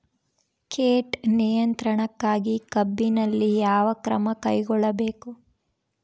ಕೇಟ ನಿಯಂತ್ರಣಕ್ಕಾಗಿ ಕಬ್ಬಿನಲ್ಲಿ ಯಾವ ಕ್ರಮ ಕೈಗೊಳ್ಳಬೇಕು?